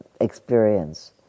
experience